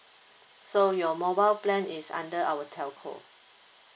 so your mobile plan is under our telco